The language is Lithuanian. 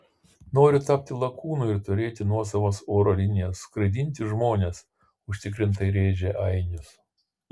noriu tapti lakūnu ir turėti nuosavas oro linijas skraidinti žmones užtikrintai rėžė ainius